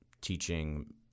teaching